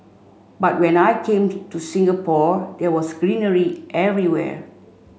but when I came to to Singapore there was greenery everywhere